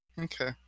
Okay